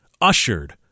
ushered